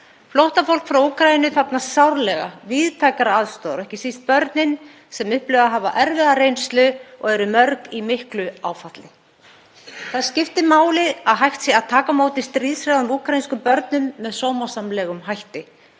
Flóttafólk frá Úkraínu þarfnast sárlega víðtækrar aðstoðar og ekki síst börnin sem upplifað hafa erfiða reynslu og eru mörg í miklu áfalli. Það skiptir máli að hægt sé að taka á móti stríðshrjáðum úkraínskum börnum með sómasamlegum hætti.